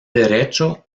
derecho